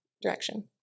direction